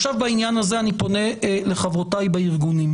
עכשיו, בעניין הזה אני פונה לחברותיי בארגונים.